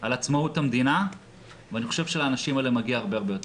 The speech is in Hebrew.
על עצמאות המדינה ואני חושב שלאנשים האלה מגיע הרבה הרבה יותר.